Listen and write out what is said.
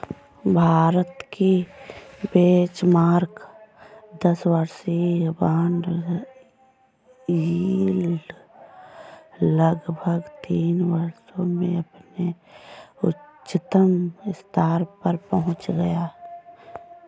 भारत की बेंचमार्क दस वर्षीय बॉन्ड यील्ड लगभग तीन वर्षों में अपने उच्चतम स्तर पर पहुंच गई